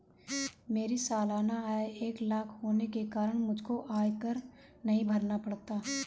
मेरी सालाना आय एक लाख होने के कारण मुझको आयकर नहीं भरना पड़ता